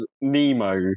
Nemo